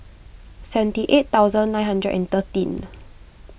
seventy eight thousand nine hundred and thirteen